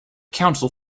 council